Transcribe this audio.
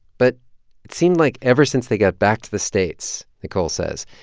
but it seemed like ever since they got back to the states, nicole says,